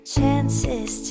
Chances